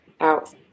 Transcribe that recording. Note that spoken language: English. out